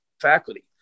faculty